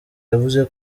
yavuze